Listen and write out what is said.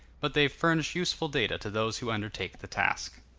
but they furnish useful data to those who undertake the task.